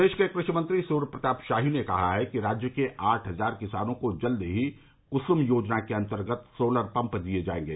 प्रदेश के कृषि मंत्री सूर्य प्रताप शाही ने कहा कि राज्य के आठ हजार किसानों को जल्द ही कुसुम योजना के अंतर्गत सोलर पंप दिए जाएंगे